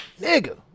nigga